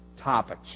topics